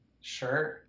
Sure